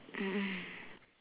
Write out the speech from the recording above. mm mm